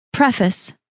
Preface